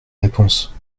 réponse